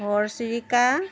ঘৰচিৰিকা